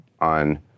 on